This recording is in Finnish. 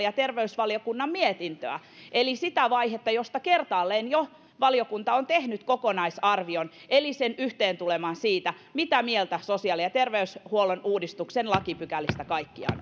ja terveysvaliokunnan mietintöä eli sitä vaihetta josta jo kertaalleen valiokunta on tehnyt kokonaisarvion eli yhteentuleman siitä mitä mieltä sosiaali ja terveydenhuollon uudistuksen lakipykälistä kaikkiaan